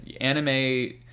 anime